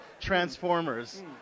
Transformers